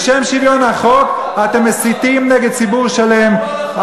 בשם שוויון החוק אתם מסיתים נגד ציבור שלם.